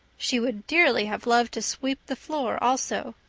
she would dearly have loved to sweep the floor also,